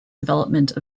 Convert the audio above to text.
development